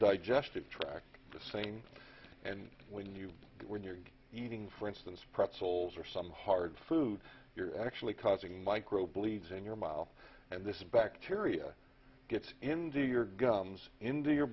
digestive tract the same and when you get when you're eating for instance pretzels or some hard food you're actually causing micro bleeds in your mouth and this bacteria gets into your gums in the your